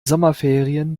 sommerferien